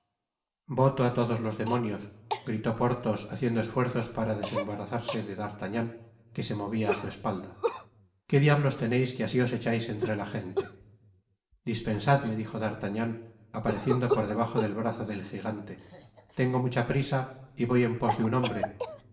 voto á todos los demonios gritó porthos haciendo esfuerzos para desembarazarse de d'artagnan que se movia á su espalda qué diablos teneis que así os echais entre la gente dispensadme dijo d'artagnan apareciendo por debajo del brazo del gigante tengo mucha prisa y voy en pos de un hombre